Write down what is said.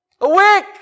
Awake